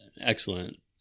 excellent